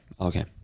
Okay